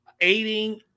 aiding